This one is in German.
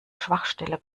schwachstelle